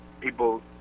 People